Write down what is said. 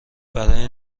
برای